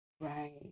Right